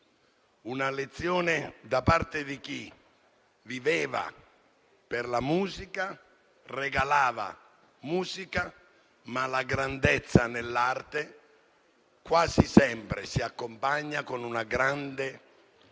una lezione da parte di chi viveva per la musica, regalava musica. Ma la grandezza nell'arte quasi sempre si accompagna con una grande